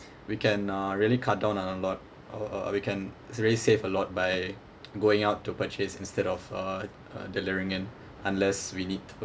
we can uh really cut down on a lot uh uh we can really save a lot by going out to purchase instead of uh uh delivering in unless we need to